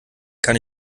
kann